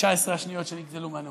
19 השניות שנגזלו.